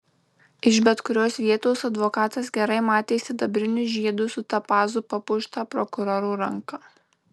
iš bet kurios vietos advokatas gerai matė sidabriniu žiedu su topazu papuoštą prokuroro ranką